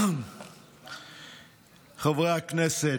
חברי הכנסת,